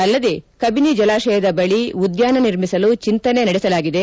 ಅಲ್ಲದೆ ಕಬಿನಿ ಜಲಾಶಯದ ಬಳಿ ಉದ್ಯಾನ ನಿರ್ಮಿಸಲು ಚಿಂತನೆ ನಡೆಸಲಾಗಿದೆ